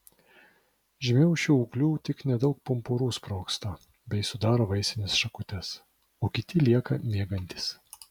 žemiau šių ūglių tik nedaug pumpurų sprogsta bei sudaro vaisines šakutes o kiti lieka miegantys